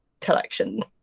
collection